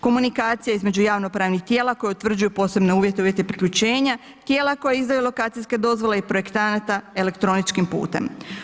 Komunikacija između javnopravnih tijela koja utvrđuju posebne uvjete i uvjete priključenja, tijela koja izdaju lokacijske dozvole i projektanata elektroničkim putem.